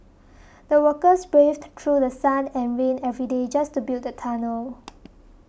the workers braved through The Sun and rain every day just to build the tunnel